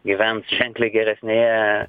gyvens ženkliai geresnėje